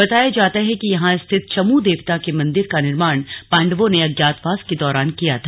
बताया जाता है कि यहां स्थित चमू देवता के मंदिर का निर्माण पांडवों ने अज्ञातवास के दौरान किया था